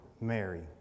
Mary